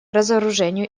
разоружению